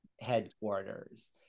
headquarters